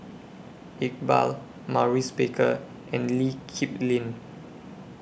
Iqbal Maurice Baker and Lee Kip Lin